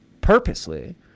purposely